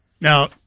Now